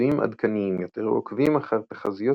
ניסויים עדכניים יותר עוקבים אחר תחזיות